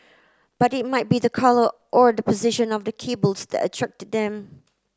but it might be the colour or the position of the cables that's attracted them